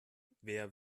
wer